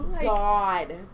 god